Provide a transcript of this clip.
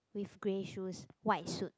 with grey shoes white suit